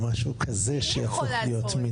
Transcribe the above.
או משהו שכזה שיכול להיות.